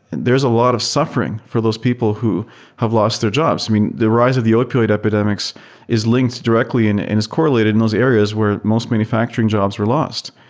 and there's a lot of suffering for those people who have lost their jobs. i mean, the rise of the opioid epidemics is linked directly and is correlated in those areas where most manufacturing jobs were lost.